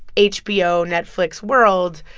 hbo, netflix world,